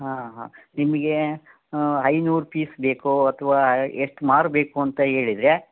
ಹಾಂ ಹಾಂ ನಿಮಗೆ ಐನೂರು ಪೀಸ್ ಬೇಕೋ ಅಥವಾ ಎಷ್ಟು ಮಾರು ಬೇಕು ಅಂತ ಹೇಳಿದರೆ